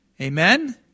amen